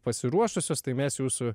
pasiruošusios tai mes jūsų